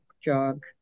jog